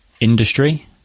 industry